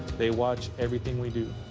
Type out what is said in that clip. they watch everything we do.